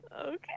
Okay